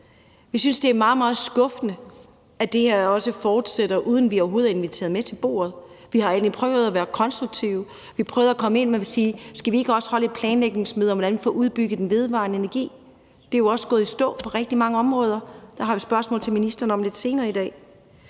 Vi synes, at det er meget, meget skuffende, at det her også fortsætter, uden at vi overhovedet er inviteret med til bordet. Vi har egentlig prøvet at være konstruktive; vi har prøvet at komme og sige, om vi ikke også skulle holde et planlægningsmøde om, hvordan vi får udbygget den vedvarende energi. Det er jo også gået i stå på rigtig mange områder. Det har vi et spørgsmål til ministeren om lidt senere i dag.